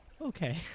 Okay